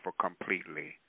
completely